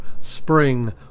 spring